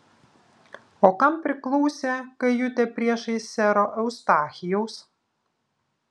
o kam priklausė kajutė priešais sero eustachijaus